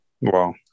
Wow